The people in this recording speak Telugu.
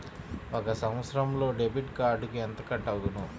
ఒక సంవత్సరంలో డెబిట్ కార్డుకు ఎంత కట్ అగును?